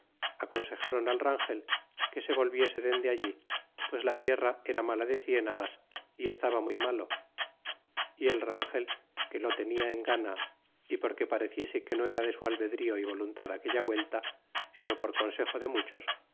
aconsejron al rangel que se volviese dende allí pues la tierra era mala de cienagas y estaba muy malo y el rangel que lo tenia en gana y porque pareciese que no era de su alvedrio y voluntad aquella vuelta sino por consejo de muchos